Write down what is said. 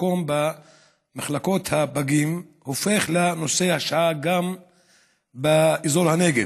מקום במחלקות הפגים הופכת לנושא השעה גם באזור הנגב.